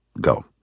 go